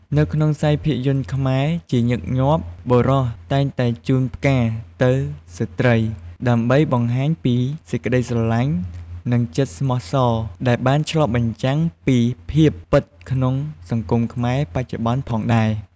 នៅក្នុងភាពយន្តខ្មែរ ជាញឹកញាប់ បុរសតែងតែជូនផ្កាទៅស្ត្រី ដើម្បីបង្ហាញពីសេចក្ដីស្រឡាញ់ និងចិត្តស្មោះសរ ដែលបានឆ្លុះបញ្ចាំងពីភាពពិតក្នុងសង្គមខ្មែរបច្ចុប្បន្នផងដែរ។